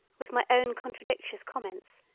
with my own contradictious comments,